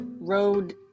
road